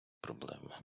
проблеми